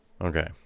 Okay